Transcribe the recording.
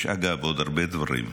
יש, אגב, עוד הרבה דברים.